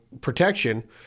protection